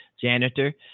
janitor